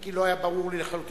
אם כי לא היה ברור לי לחלוטין,